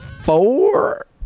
four